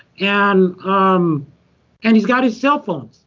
and um and he's got his cell phone.